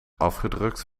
afgedrukt